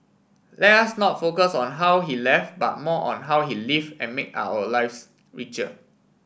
let us not focus on how he left but more on how he live and made our lives richer